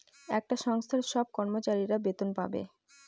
একটা সংস্থার সব কর্মচারীরা বেতন পাবে